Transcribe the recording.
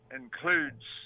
includes